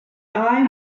eye